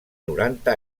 noranta